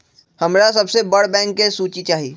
हमरा सबसे बड़ बैंक के सूची चाहि